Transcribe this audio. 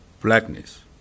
blackness